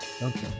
Okay